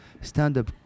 stand-up